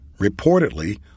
Reportedly